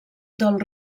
del